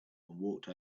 walked